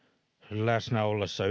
läsnä ollessa